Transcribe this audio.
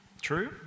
True